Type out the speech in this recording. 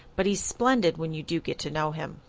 but he's splendid when you do get to know him.